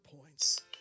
points